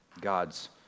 God's